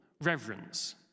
reverence